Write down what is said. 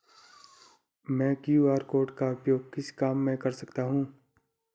मैं QR code का उपयोग किस काम में कर सकता हूं?